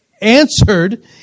answered